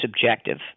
subjective